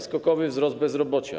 Skokowy wzrost bezrobocia.